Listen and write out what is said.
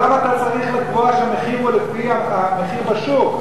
אבל למה אתה צריך לקבוע שהמחיר הוא לפי המחיר בשוק?